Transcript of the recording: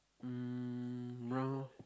round